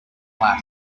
lap